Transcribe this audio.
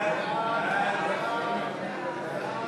ההצעה לבחור